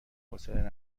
حوصله